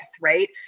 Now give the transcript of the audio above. right